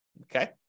Okay